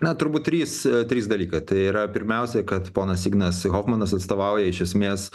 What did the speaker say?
na turbūt trys trys dalykai tai yra pirmiausiai kad ponas ignas hofmanas atstovauja iš esmės